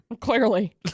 Clearly